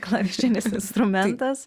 klavišinis instrumentas